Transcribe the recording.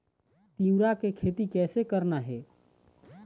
तिऊरा के खेती कइसे करना हे?